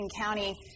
County